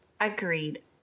Agreed